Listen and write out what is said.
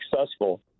successful